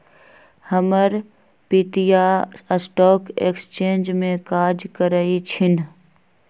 हमर पितिया stock exchange में काज करइ छिन्ह